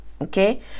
okay